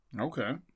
Okay